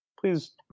please